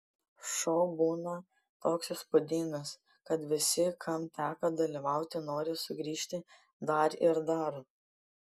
šou būna toks įspūdingas kad visi kam teko dalyvauti nori sugrįžti dar ir dar